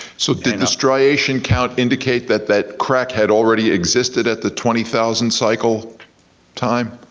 so did the striation count indicate that that crack had already existed at the twenty thousand cycle time?